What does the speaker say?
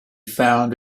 found